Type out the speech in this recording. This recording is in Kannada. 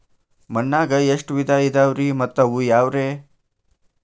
ಮಣ್ಣಾಗ ಎಷ್ಟ ವಿಧ ಇದಾವ್ರಿ ಮತ್ತ ಅವು ಯಾವ್ರೇ?